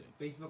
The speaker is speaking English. Facebook